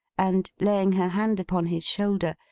and laying her hand upon his shoulder,